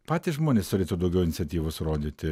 patys žmonės turėtų daugiau iniciatyvos rodyti